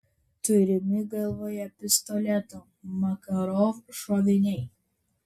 turimi galvoje pistoleto makarov šoviniai